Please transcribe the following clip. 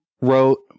wrote